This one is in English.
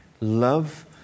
love